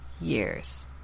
years